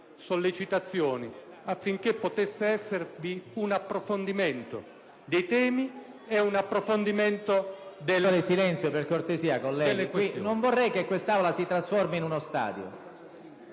sollecitazioni affinché potesse esservi un approfondimento dei temi e un approfondimento delle questioni.